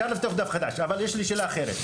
אפשר לפתוח דף חדש, אבל יש לי שאלה אחרת.